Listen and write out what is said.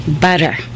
butter